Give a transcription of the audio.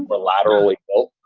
but collaterally built?